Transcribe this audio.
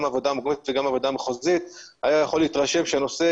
גם הוועדה המקומית וגם הוועדה המחוזית - היה יכול להתרשם שהנושא